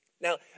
Now